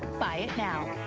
buy it now.